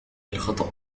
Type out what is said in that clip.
الخطأ